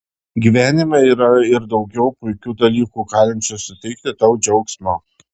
gyvenime yra ir daugiau puikių dalykų galinčių suteikti tau džiaugsmo